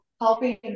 helping